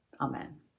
Amen